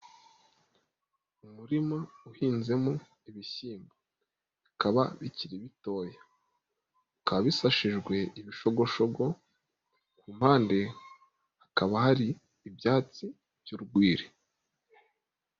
Umurima uhinzemo ibishyimbo bikaba bikiri bitoya, ukaba bisashijwe ibishogoshogo ku mpande hakaba hari ibyatsi by'urwiri.